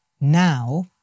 Now